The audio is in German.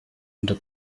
unter